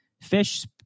fish